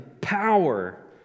power